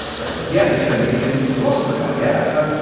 right? like yeah, the canadian philosopher guy. yeah. and